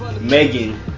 megan